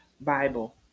Bible